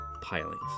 pilings